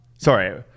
Sorry